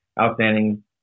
outstanding